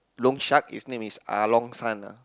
loan shark his name is Ah-Long-San ah